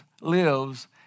lives